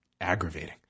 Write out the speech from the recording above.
aggravating